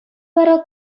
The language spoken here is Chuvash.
вара